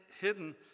hidden